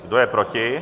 Kdo je proti?